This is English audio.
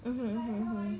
mm mm mm